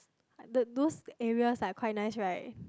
the those areas are quite nice right